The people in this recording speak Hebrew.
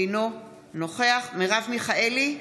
אינו נוכח מרב מיכאלי,